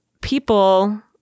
people